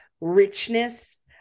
richness